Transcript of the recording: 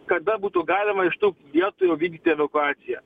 kada būtų galima iš tų vietų jau vykdyti evakuaciją